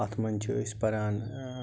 اتھ منٛز چھِ أسۍ پَران